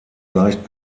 leicht